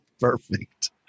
Perfect